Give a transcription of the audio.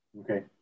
Okay